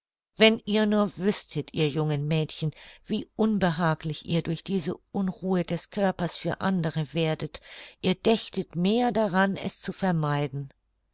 wenn ihr nur wüßtet ihr jungen mädchen wie unbehaglich ihr durch diese unruhe des körpers für andere werdet ihr dächtet mehr daran es zu vermeiden